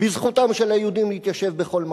בזכותם של היהודים להתיישב בכל מקום,